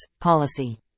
policy